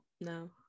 No